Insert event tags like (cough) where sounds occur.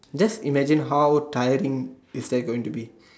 just imagine how tiring is that going to be (noise)